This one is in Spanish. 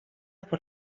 por